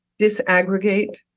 disaggregate